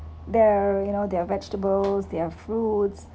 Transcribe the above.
their you know their vegetables their fruits